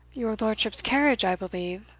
your lordship's carriage, i believe,